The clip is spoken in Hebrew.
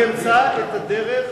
אני אמצא את הדרך